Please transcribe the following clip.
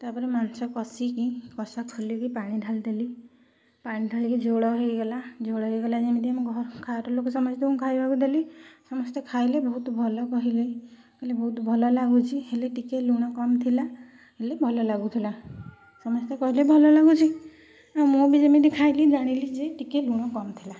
ତା ପରେ ମାଂଶ କସିକି କସା ଖୋଲିକି ପାଣି ଢାଳିଦେଲି ପାଣି ଢାଳିକି ଝୋଳ ହେଇଗଲା ଝୋଳ ହେଇଗଲା ଯେମିତି ସମସ୍ତଙ୍କୁ ଖାଇବାକୁ ଦେଲି ସମସ୍ତେ ଖାଇଲେ ବହୁତ ଭଲ କହିଲେ କହିଲେ ବହୁତ ଭଲ ଲାଗୁଛି ହେଲେ ଟିକେ ଲୁଣ କମ୍ ଥିଲା ହେଲେ ଭଲ ଲାଗୁଥିଲା ସମସ୍ତେ କହିଲେ ଭଲ ଲାଗୁଛି ମୁଁ ବି ଯେମିତି ଖାଇଲି ଜାଣିଲି ଯେ ଟିକେ ଲୁଣ କମ୍ ଥିଲା